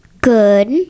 Good